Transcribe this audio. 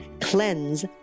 CLEANSE